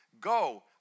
Go